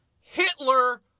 Hitler